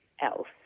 else